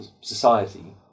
society